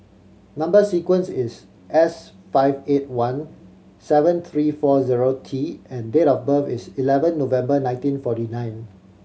number sequence is S five eight one seven three four zero T and date of birth is eleven November nineteen forty nine